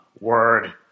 Word